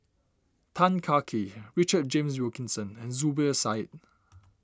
Tan Kah Kee Richard James Wilkinson and Zubir Said